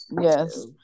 Yes